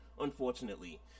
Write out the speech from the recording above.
unfortunately